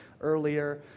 earlier